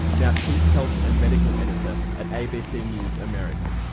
now chief health and medical editor at abc news, america.